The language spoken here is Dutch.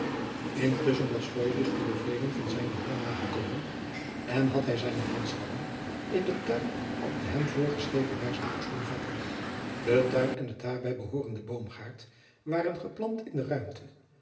intusschen was feurich de bevelen van zijnen heer nagekomen en had hij zijne manschappen in den tuin op de hem voorgeschreven wijze post doen vatten deze tuin en de daarbij behoorende boomgaard waren geplant in de ruimte